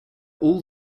all